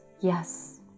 yes